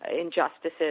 injustices